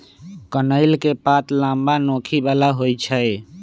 कनइल के पात लम्मा, नोखी बला होइ छइ